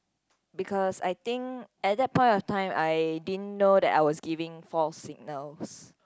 because I think at that point of time I didn't know that I was giving false signals